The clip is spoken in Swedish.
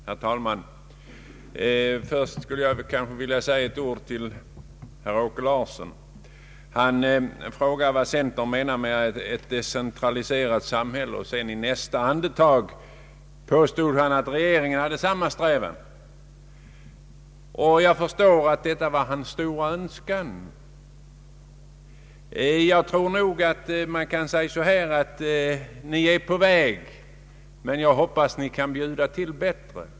Herr talman! Först skulle jag vilja säga ett ord till herr Åke Larsson. Han frågade vad centern menade med ett decentraliserat samhälle. I nästa andetag påstod han sedan att regeringen hade samma strävan. Jag förstår att detta är hans stora önskan. Man kan nog säga att ni är på väg, men jag vill verkligen hoppas att ni kan bjuda till bättre.